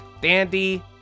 Dandy